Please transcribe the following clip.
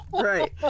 right